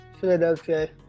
Philadelphia